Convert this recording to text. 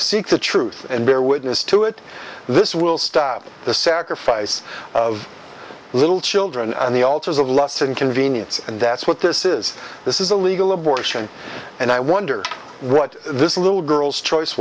seek the truth and bear witness to it this will stop the sacrifice of little children and the altars of lust and convenience and that's what this is this is a legal abortion and i wonder what this little girl's choice